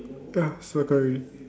ah circle already